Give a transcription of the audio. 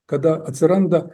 kada atsiranda